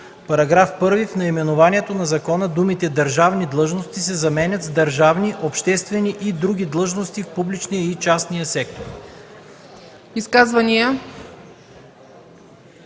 § 1: „§ 1. В наименованието на закона думите „държавни длъжности” се заменят с „държавни, обществени и други длъжности в публичния и частния сектор”.”